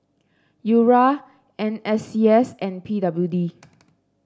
U R N S C S and P W D